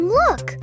look